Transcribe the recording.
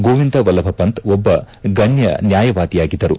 ಗೋವಿಂದ ವಲ್ಲಭ ಪಂತ್ ಒಬ್ಬ ಗಣ್ಯ ನ್ಯಾಯವಾದಿಯಾಗಿದ್ದರು